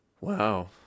Wow